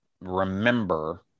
remember